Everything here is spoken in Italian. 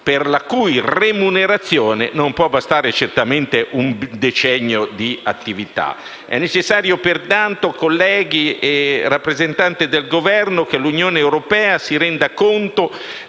per la cui remunerazione non può bastare certamente un decennio di attività. È necessario pertanto, colleghi e rappresentante del Governo, che l'Unione europea si renda conto